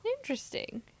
Interesting